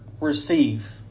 receive